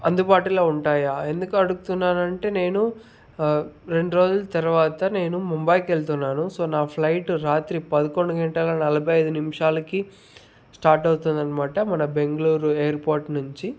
అందుబాటులో ఉంటాయా ఎందుకు అడుగుతున్నానంటే నేను రెండు రోజుల తర్వాత నేను ముంబైకి వెళుతున్నాను సో నా ఫ్లయిటు రాత్రి పదకొండు గంటల నలబై ఐదు నిమిషాలకి స్టార్ట్ అవుతుందనమాట మన బెంగుళూరు ఎయిర్పోర్ట్ నుంచి